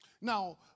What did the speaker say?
Now